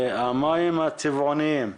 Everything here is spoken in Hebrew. המים הצבעוניים,